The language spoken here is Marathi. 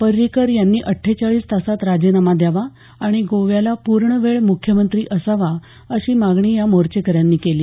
पर्रीकर यांनी अट्ठेचाळीस तासात राजीनामा द्यावा आणि गोव्याला पूर्णवेळ मुख्यमंत्री असावा अशी मागणी या मोर्चेकऱ्यांनी केली